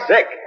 Sick